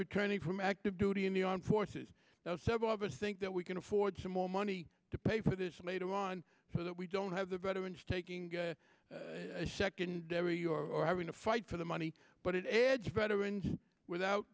returning from active duty in the armed forces now several of us think that we can afford some more money to pay for this made on so that we don't have the veterans taking a secondary or having a fight for the money but it adds veterans without